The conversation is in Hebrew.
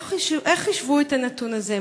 1. איך השוו את הנתון הזה?